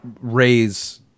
raise